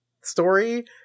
story